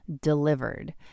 delivered